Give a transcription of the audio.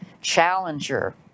Challenger